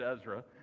Ezra